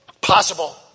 Possible